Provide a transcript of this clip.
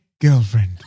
Girlfriend